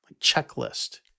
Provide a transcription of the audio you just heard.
checklist